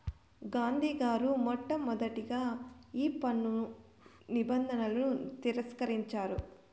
గాంధీ గారు మొట్టమొదటగా ఈ పన్ను నిబంధనలను తిరస్కరించారు